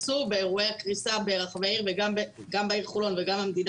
באירועי הקריסה בעיר חולון וגם במדינה